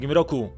roku